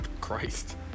Christ